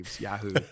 Yahoo